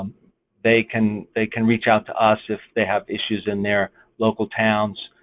they can they can reach out to us if they have issues in their local towns